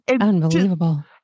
Unbelievable